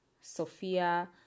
Sophia